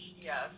yes